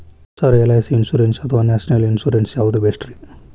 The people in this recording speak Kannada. ಸರ್ ಎಲ್.ಐ.ಸಿ ಇನ್ಶೂರೆನ್ಸ್ ಅಥವಾ ನ್ಯಾಷನಲ್ ಇನ್ಶೂರೆನ್ಸ್ ಯಾವುದು ಬೆಸ್ಟ್ರಿ?